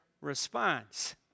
response